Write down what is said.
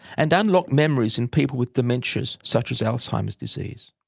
and unlock memories in people with dementias such as alzheimer's disease.